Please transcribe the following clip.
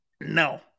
No